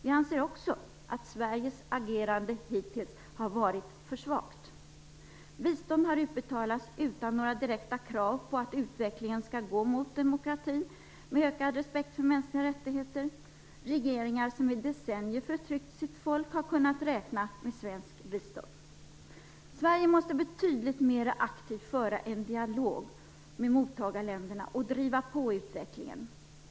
Vi anser också att Sveriges agerande hittills har varit för svagt. Bistånd har utbetalats utan några direkta krav på att utvecklingen skall gå mot demokrati med ökad respekt för mänskliga rättigheter. Regeringar som i decennier förtryckt sitt folk har kunnat räkna med svenskt bistånd. Sverige måste betydligt mera aktivt föra en dialog med mottagarländerna och driva på utvecklingen.